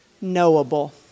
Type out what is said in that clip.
knowable